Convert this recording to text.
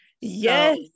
Yes